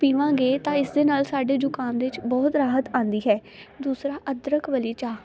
ਪੀਵਾਂਗੇ ਤਾਂ ਇਸਦੇ ਨਾਲ ਸਾਡੇ ਜੁਕਾਮ ਵਿੱਚ ਬਹੁਤ ਰਾਹਤ ਆਂਦੀ ਹੈ ਦੂਸਰਾ ਅਦਰਕ ਵਾਲੀ ਚਾਹ